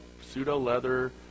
pseudo-leather